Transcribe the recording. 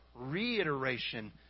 reiteration